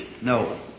No